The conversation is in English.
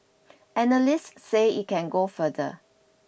analysts say it can go further